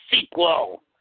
sequel